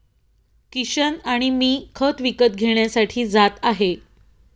किशन आणि मी खत विकत घेण्यासाठी जात आहे